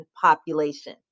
population